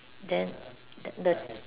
then that the